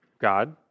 God